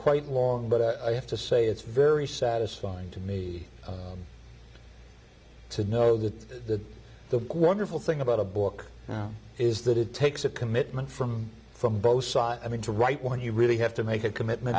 quite long but i have to say it's very satisfying to me to know that the wonderful thing about a book is that it takes a commitment from from both sides i mean to write when you really have to make a commitment